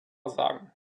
sagen